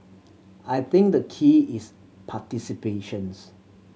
I think the key is participations